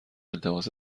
لباس